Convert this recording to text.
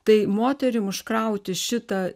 tai moterim užkrauti šitą